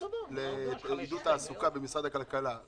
לעידוד התעסוקה שנמצאת במשרד הכלכלה,